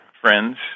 friends